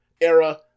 era